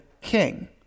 king